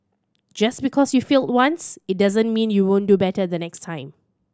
just because you failed once it doesn't mean you won't do better the next time